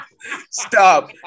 Stop